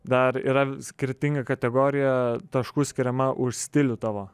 dar yra skirtinga kategorija taškų skiriama už stilių tavo